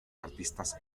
artistas